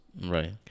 right